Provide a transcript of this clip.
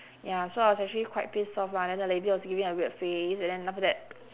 ya so I was actually quite pissed off lah then the lady was giving me a weird face and then after that